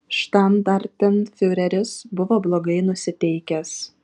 štandartenfiureris buvo blogai nusiteikęs